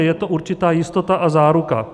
Je to určitá jistota a záruka.